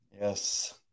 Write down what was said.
Yes